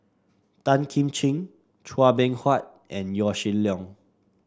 Tan Kim Ching Chua Beng Huat and Yaw Shin Leong